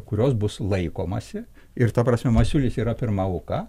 kurios bus laikomasi ir ta prasme masiulis yra pirma auka